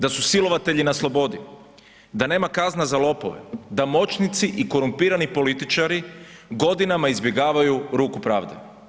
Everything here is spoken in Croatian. Da su silovatelji na slobodi, da nema kazna za lopove, da moćnici i korumpirani političari godinama izbjegavaju ruku pravde.